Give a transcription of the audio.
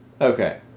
Okay